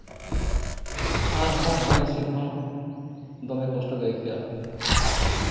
ᱟᱨ ᱦᱚᱜᱼᱚᱭ ᱦᱚᱭ ᱦᱤᱸᱥᱤᱫ ᱦᱚᱸ ᱫᱚᱢᱮ ᱠᱚᱥᱴᱚ ᱜᱮ ᱟᱹᱭᱠᱟᱹᱜᱼᱟ